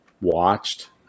watched